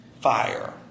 fire